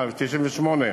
1998,